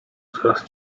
coraz